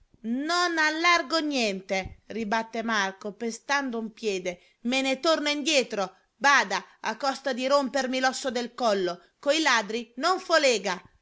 aperta non allargo niente ribatte marco pestando un piede me ne torno indietro bada a costo di rompermi l'osso del collo coi ladri non